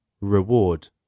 reward